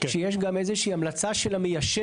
שיש גם איזה שהיא המלצה של המיישבת.